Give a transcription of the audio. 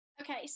Okay